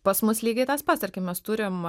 pas mus lygiai tas pats tarkim mes turim